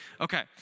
Okay